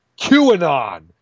QAnon